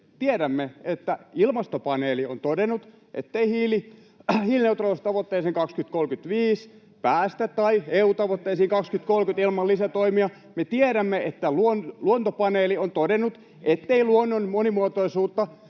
me tiedämme, että Ilmastopaneeli on todennut, ettei hiilineutraaliustavoitteeseen 2035 tai EU-tavoitteisiin 2030 päästä ilman lisätoimia. [Jani Mäkelän välihuuto] Me tiedämme, että Luontopaneeli on todennut, ettei luonnon monimuotoisuuden